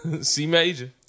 C-Major